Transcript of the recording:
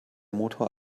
motor